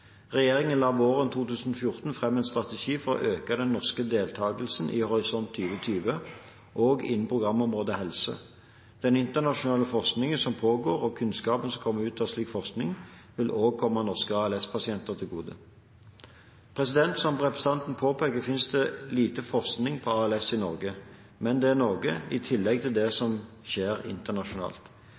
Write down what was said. Regjeringen la våren 2014 fram en strategi for å øke den norske deltakelsen i Horisont 2020, også innen programområdet helse. Den internasjonale forskningen som pågår, og kunnskapen som kommer ut av slik forskning, vil også komme norske ALS-pasienter til gode. Som representanten påpeker, finnes det lite forskning på ALS i Norge, men det er noe, i tillegg til det som skjer internasjonalt.